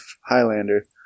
Highlander